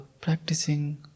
practicing